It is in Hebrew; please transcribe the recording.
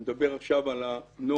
אני מדבר עכשיו על הנוהל.